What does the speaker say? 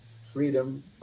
freedom